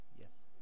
yes